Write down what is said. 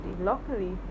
luckily